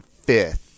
fifth